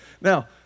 Now